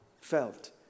felt